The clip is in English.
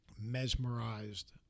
mesmerized